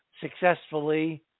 successfully